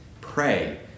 Pray